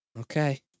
Okay